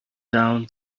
down